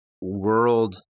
world